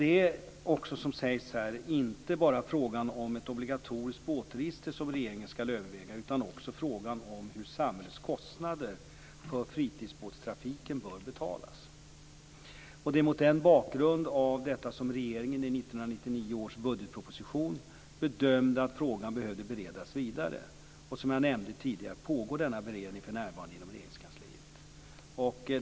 Det är, som också sagts här, inte bara frågan om ett obligatoriskt båtregister som regeringen skall överväga utan också frågan om hur samhällets kostnader för fritidsbåtstrafiken bör betalas. Det är mot bakgrund av detta som regeringen i 1999 års budgetproposition bedömde att frågan behövde beredas vidare. Som jag nämnde tidigare pågår denna beredning för närvarande inom Regeringskansliet.